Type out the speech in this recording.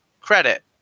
credit